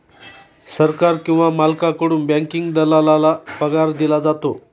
सरकार किंवा मालकाकडून बँकिंग दलालाला पगार दिला जातो